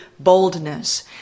boldness